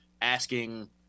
asking